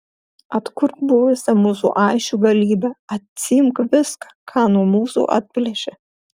atkurk buvusią mūsų aisčių galybę atsiimk viską ką nuo mūsų atplėšė